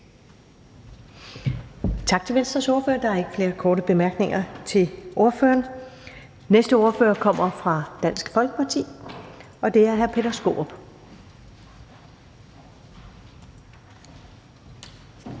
Tak til Venstres ordfører. Der er ikke flere korte bemærkninger til ordføreren. Den næste ordfører kommer fra Dansk Folkeparti, og det er hr. Peter Skaarup.